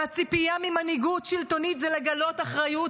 והציפייה ממנהיגות שלטונית זה לגלות אחריות